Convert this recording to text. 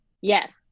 Yes